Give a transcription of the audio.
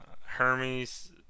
hermes